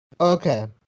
Okay